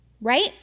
Right